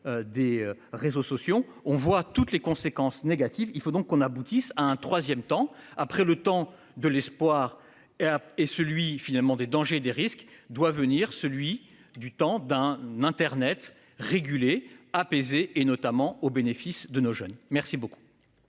des réseaux sociaux, on voit toutes les conséquences négatives. Il faut donc qu'on aboutisse à un 3ème temps après le temps de l'espoir et et celui finalement des dangers, des risques doit venir celui du temps d'un Internet régulé apaisé et notamment au bénéfice de nos jeunes. Merci beaucoup.